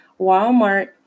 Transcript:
Walmart